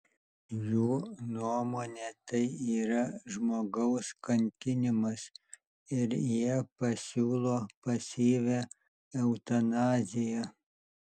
jų nuomone tai yra žmogaus kankinimas ir jie pasiūlo pasyvią eutanaziją